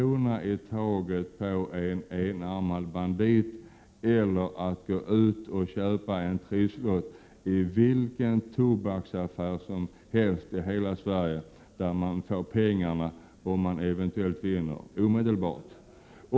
i taget på en enarmad bandit och att gå in och köpa en trisslott i vilken tobaksaffär som helst i hela Sverige och få pengarna omedelbart om man vinner?